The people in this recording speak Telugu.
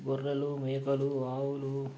గొర్రెలు మేకలు ఆవులు